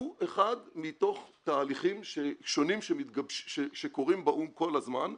הוא אחד מתוך תהליכים שונים שקורים באו"ם כל הזמן,